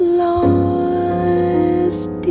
lost